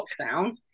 lockdown